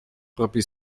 propri